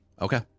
Okay